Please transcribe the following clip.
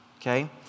okay